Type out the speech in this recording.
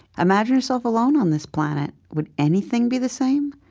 imagine yourself alone on this planet. would anything be the same?